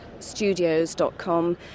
studios.com